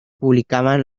publicaban